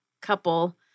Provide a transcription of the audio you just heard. couple